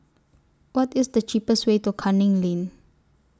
What IS The cheapest Way to Canning Lane